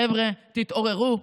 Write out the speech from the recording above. חבר'ה, תתעוררו.